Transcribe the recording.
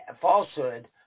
falsehood